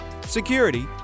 security